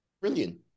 brilliant